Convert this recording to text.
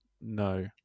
no